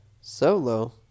Solo